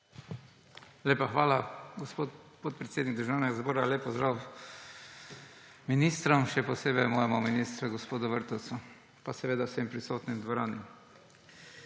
Lepa hvala, gospod podpredsednik Državnega zbora. Lep pozdrav ministrom, še posebej mojemu ministru gospodu Vrtovcu, pa seveda vsem prisotnim v dvorani!